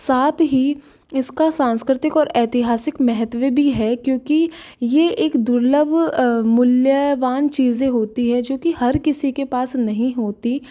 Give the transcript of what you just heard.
साथ ही इसका सांस्कृतिक और ऐतिहासिक महत्व भी है क्योंकि यह एक दुर्लभ मूल्यवान चीज़ें होती हैं जो कि हर किसी के पास नहीं होती